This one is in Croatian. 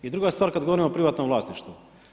I druga stvar kada govorimo o privatnom vlasništvu.